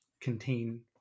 contain